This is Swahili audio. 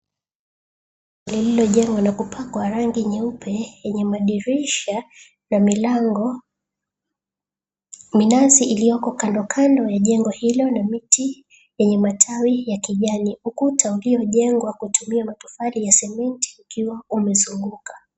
Lililojengwa na kupakwa rangi nyeupe yenye madirisha na milango. Minazi iliyoko kando kando ya jengo hilo na miti yenye matawi ya kijani. Ukuta uliojengwa kutumia matofali ya cement ukiwa umezunguka.